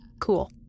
Cool